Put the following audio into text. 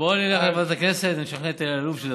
בואו נלך לוועדת הכנסת ונשכנע את אלי אלאלוף.